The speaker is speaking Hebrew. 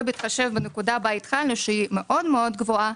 ובהתחשב בנקודה בה התחלנו שהיא מאוד גבוהה,